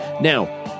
Now